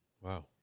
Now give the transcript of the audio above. Wow